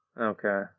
Okay